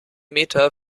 meter